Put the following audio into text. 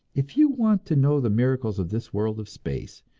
if you want to know the miracles of this world of space,